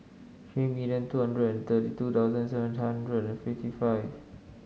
three million two hundred and thirty two thousand seven hundred and fifty five